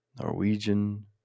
Norwegian